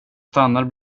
stannar